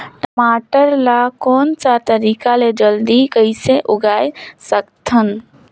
टमाटर ला कोन सा तरीका ले जल्दी कइसे उगाय सकथन?